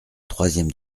troisième